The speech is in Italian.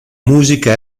musica